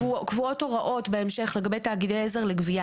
בהמשך קבועות הוראות לגבי תאגידי עזר לגבייה